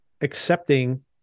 accepting